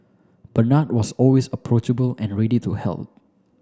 Bernard was always approachable and ready to help